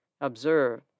Observe